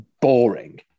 boring